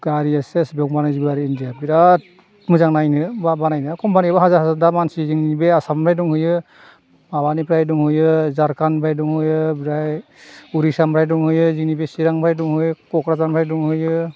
गारिया सेस बेयावनो बानायजोबो आरो इण्डियाआ बिराद मोजां नायनो बा बानायनाया कम्पानियाबो हाजार हाजार दा मानसि जोंनि बे आसामनिफ्राय दंहैयो माबानिफ्राय दंहैयो झारखन्दनिफ्राय दंहैयो ओमफ्राय उरिस्यानिफ्राय दंहैयो जोंनि बे चिरांनिफ्राय दंहैयो क'कराझारनिफ्राय दंहैयो